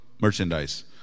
merchandise